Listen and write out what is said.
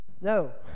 No